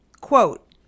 Quote